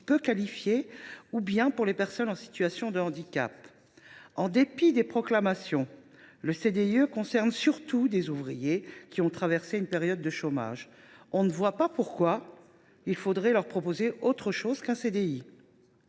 peu qualifiés, ou encore les personnes en situation de handicap. En dépit des proclamations, le CDIE concerne surtout des ouvriers qui ont traversé une période de chômage. On ne voit pourtant pas pourquoi il faudrait leur proposer autre chose qu’un CDI